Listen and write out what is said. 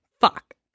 Fuck